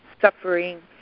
suffering